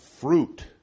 fruit